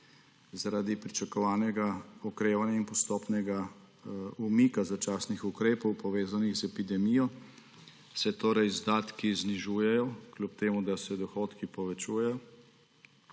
Zaradi pričakovanega okrevanja in postopnega umika začasnih ukrepov, povezanih z epidemijo, se torej izdatki znižujejo, kljub temu da se dohodki povečujejo,